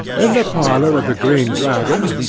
in the parlour of the green dragon,